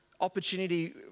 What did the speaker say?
opportunity